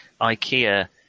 IKEA